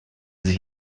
sich